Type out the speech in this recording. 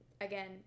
again